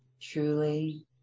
truly